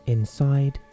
Inside